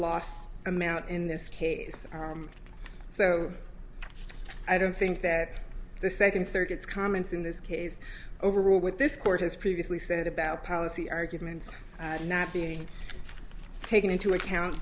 loss amount in this case so i don't think that the second circuit's comments in this case overruled with this court has previously said about policy arguments not being taken into account